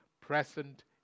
present